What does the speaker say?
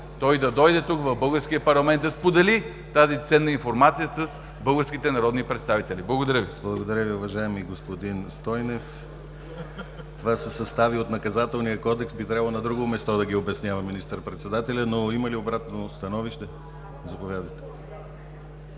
той да дойде тук в българския парламент да сподели тази ценна информация с българските народни представители. Благодаря Ви. ПРЕДСЕДАТЕЛ ДИМИТЪР ГЛАВЧЕВ: Благодаря Ви, уважаеми господин Стойнев. Това са състави от Наказателния кодекс. Би трябвало на друго място да ги обяснява министър-председателят. Но има ли обратно становище? Заповядайте.